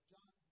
John